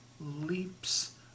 leaps